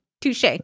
touche